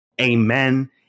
Amen